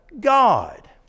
God